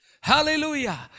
Hallelujah